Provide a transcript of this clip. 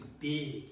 big